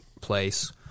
place